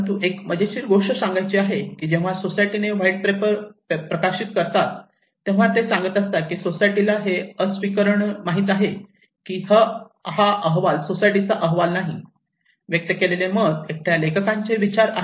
परंतु अतिशय मजेदार गोष्ट सांगायची आहे की जेव्हा सोसायटीने व्हाईट पेपर प्रकाशित करतात तेव्हा ते सांगत असतात की सोसायटीला हे अस्वीकरण माहित आहे की हा अहवाल हा सोसायटीचा अहवाल नाही व्यक्त केलेले मत एकट्या लेखकांचे विचार आहेत